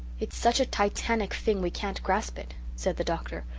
it's such a titanic thing we can't grasp it, said the doctor.